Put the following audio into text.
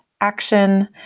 action